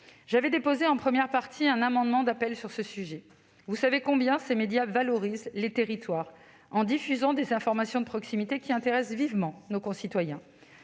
J'avais déposé en première partie un amendement d'appel sur ce sujet. Vous savez combien ces médias valorisent les territoires en diffusant des informations de proximité qui intéressent vivement nos concitoyens.